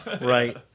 right